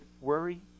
worry